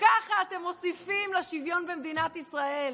ככה אתם מוסיפים לשוויון במדינת ישראל?